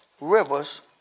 rivers